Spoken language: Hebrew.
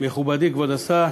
מכובדי כבוד השר,